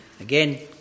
again